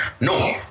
No